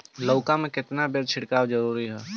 लउका में केतना बेर छिड़काव जरूरी ह?